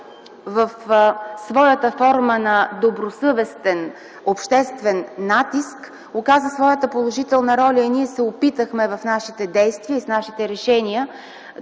в своята форма на добросъвестен обществен натиск оказа своята положителна роля и ние се опитахме в нашите действия и с нашите решения